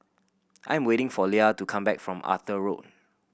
I'm waiting for Lia to come back from Arthur Road